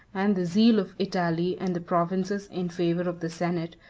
and the zeal of italy and the provinces in favor of the senate,